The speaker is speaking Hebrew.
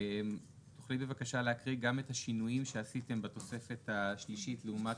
תוכלי בבקשה להקריא גם את השינויים שעשיתם בתוספת השלישית לעומת